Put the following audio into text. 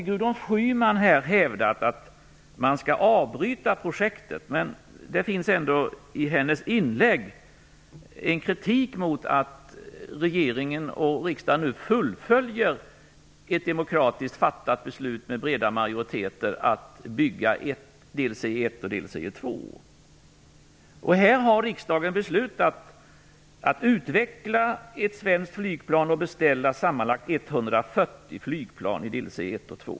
Gudrun Schyman har inte hävdat att man skall avbryta projektet, men det finns ändå i hennes inlägg en kritik mot att regeringen och riksdagen nu fullföljer ett demokratiskt beslut som fattats med breda majoriteter om att bygga delserie 1 och delserie 2. Riksdagen har beslutat att utveckla ett svenskt flygplan och beställa sammanlagt 140 flygplan i delserie 1 och 2.